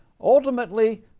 Ultimately